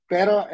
Pero